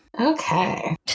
Okay